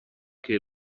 che